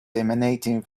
emanating